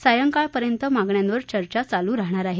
सायंकाळपर्यंत मागण्यांवर चर्चा चालू राहणार आहे